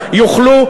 יוכלו,